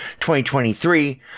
2023